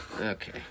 Okay